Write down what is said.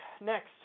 next